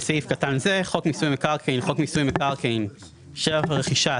"חוק מיסוי מקרקעין" חוק מיסוי מקרקעין (שבח ורכישה),